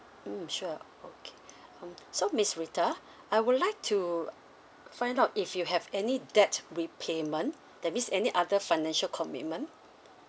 mm sure okay hmm so miss rita I would like to find out if you have any debt repayment that means any other financial commitment